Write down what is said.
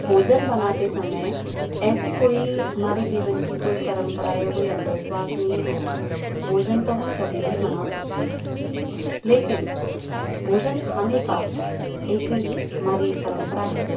भोजन बनाते समय ऐसी कोई हमारे जीवन की कोई परंपरा या कोई अंधविश्वास नही है भोजन तो हम कभी भी बना सकते है लेकिन भोजन खाने का एक हमारी परंपरा है